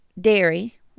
dairy